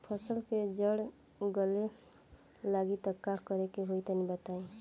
फसल के जड़ गले लागि त का करेके होई तनि बताई?